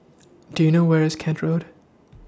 Do YOU know Where IS Kent Road